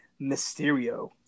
Mysterio